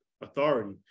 authority